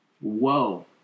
whoa